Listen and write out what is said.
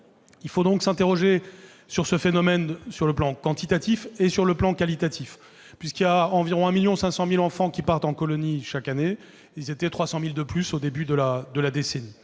Il faut donc s'interroger sur ce phénomène au plan tant quantitatif que qualitatif. Environ 1,5 million d'enfants partent en colonie chaque année. Ils étaient 300 000 de plus au début de la décennie.